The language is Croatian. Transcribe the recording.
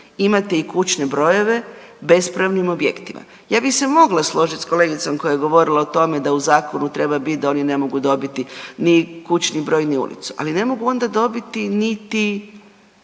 imate i kućne brojeve na bespravnim objektima. Ja bih se mogla složit s kolegicom koja je govorila o tome da u zakonu treba bit, da oni ne mogu dobiti ni kućni broj, ni ulicu, ali ne mogu onda dobiti niti